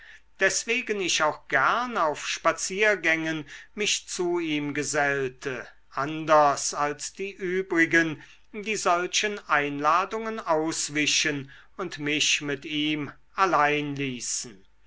deswegen ich auch gern auf spaziergängen mich zu ihm gesellte anders als die übrigen die solchen einladungen auswichen und mich mit ihm allein ließen